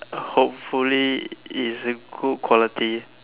hopefully is good quality